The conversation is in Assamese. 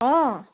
অঁ